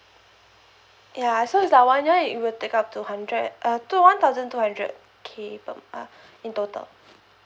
ya so is like one year it will take up to hundred uh to one thousand two hundred K per month in total